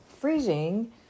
freezing